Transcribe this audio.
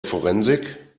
forensik